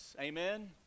Amen